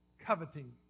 coveting